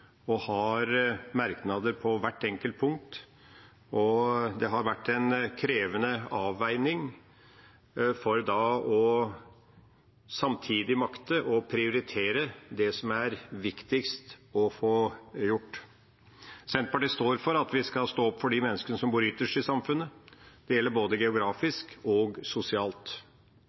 og har merknader til hvert enkelt punkt, og det har vært en krevende avveining for samtidig å makte å prioritere det som er viktigst å få gjort. Senterpartiet står for at vi skal stå opp for de menneskene som bor ytterst i samfunnet – det gjelder både geografisk og sosialt.